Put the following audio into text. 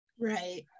Right